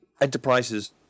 enterprises